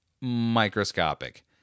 microscopic